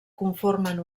conformen